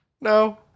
No